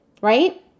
right